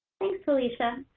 thanks, felicia.